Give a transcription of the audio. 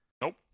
nope